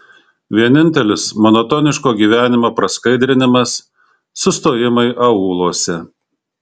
vienintelis monotoniško gyvenimo praskaidrinimas sustojimai aūluose